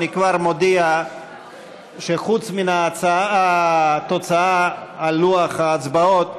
אני כבר מודיע שחוץ מן התוצאה על לוח ההצבעות,